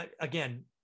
Again